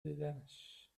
دیدنش